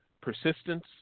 Persistence